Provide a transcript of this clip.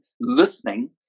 listening